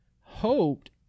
hoped